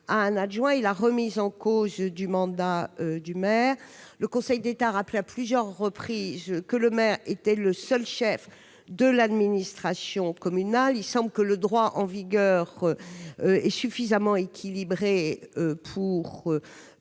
la remise en cause du mandat du maire. Le Conseil d'État l'a rappelé à plusieurs reprises, le maire est le seul chef de l'administration communale. Le droit en vigueur me semble suffisamment équilibré pour